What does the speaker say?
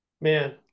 Man